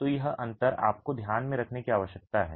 तो यह अंतर आपको ध्यान में रखने की आवश्यकता है